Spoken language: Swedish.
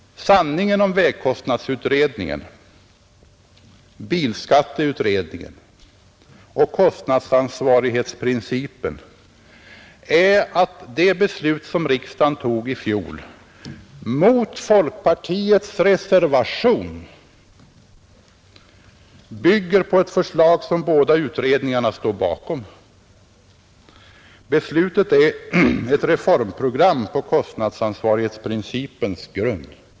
Sanningen om vägkostnadsutredningen, bilskatteutredningen och kostnadsansvarighetsprincipen är att det beslut som riksdagen tog i fjol, mot folkpartiets reservation, bygger på ett förslag som båda utredningarna står bakom. Beslutet är ett reformprogram på kostnadsansvarighetsprincipens grund.